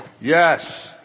Yes